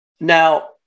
Now